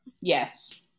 Yes